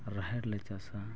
ᱨᱟᱦᱮᱲ ᱞᱮ ᱪᱟᱥᱟ